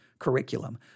curriculum